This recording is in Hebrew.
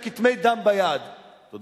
אל תפריע, בן-ארי.